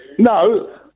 No